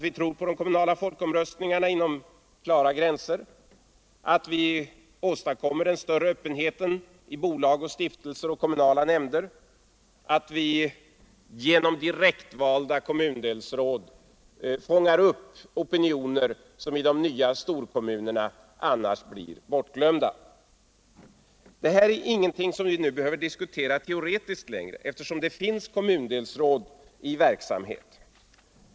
Vi tror på de kommunala folkomröstningarna inom klara gränser, vi måste åstadkomma en större öppenhet i bolag och stiftelser och kommunala nämnder och vi måste genom direktvalda kommundelsråd fånga upp opinioner som i de nya storkommunerna annars lätt blir bortglömda. Detta är ingenting som vi nu behöver diskutera teoretiskt längre, eftersom det finns kommundelsråd i verksamhet.